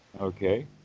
okay